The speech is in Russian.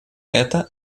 это